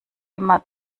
immer